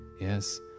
Yes